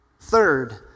Third